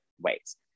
ways